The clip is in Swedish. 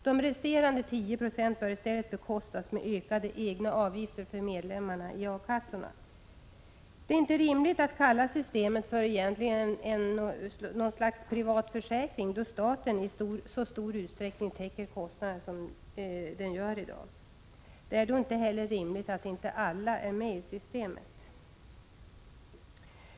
De resterande 10 96 bör i stället bekostas med ökade egna avgifter för medlemmarna i A-kassorna. Det är inte rimligt att kalla systemet något slags privat försäkring, då staten i så stor utsträckning täcker kostnaderna. Det är då heller inte rimligt att inte alla är med i systemet.